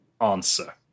answer